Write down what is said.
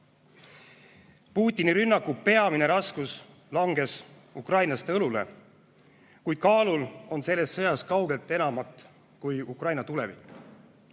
Putini rünnaku peamine raskus langes ukrainlaste õlule. Kuid kaalul on selles sõjas kaugelt enamat kui Ukraina tulevik.